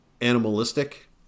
animalistic